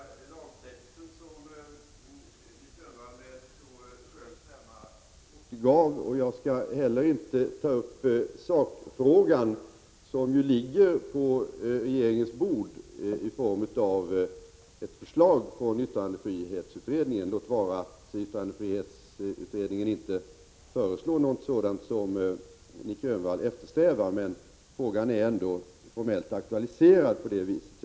Herr talman! Jag skall inte ta upp ett resonemang kring den lagtext som Nic Grönvall med hög och skön stämma återgav. Inte heller skall jag ta upp sakfrågan, som ju finns på regeringens bord i form av ett förslag från yttrandefrihetsutredningen, låt vara att yttrandefrihetsutredningen inte föreslår någonting sådant som Nic Grönvall eftersträvar. Men formellt sett är ju frågan därmed ändå aktualiserad.